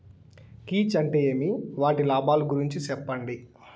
కీచ్ అంటే ఏమి? వాటి లాభాలు గురించి సెప్పండి?